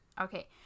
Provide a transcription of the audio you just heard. Okay